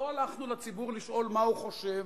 לא הלכנו לציבור לשאול מה הוא חושב.